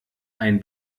ein